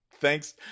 thanks